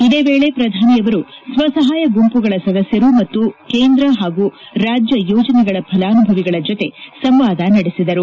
ಇದೇ ವೇಳೆ ಪ್ರಧಾನಿಯವರು ಸ್ವಸಹಾಯ ಗುಂಪುಗಳ ಸದಸ್ಯರು ಮತ್ತು ಕೇಂದ್ರ ಹಾಗೂ ರಾಜ್ಯ ಯೋಜನೆಗಳ ಫಲಾನುಭವಿಗಳ ಜತೆ ಸಂವಾದ ನಡೆಸಿದರು